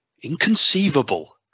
Inconceivable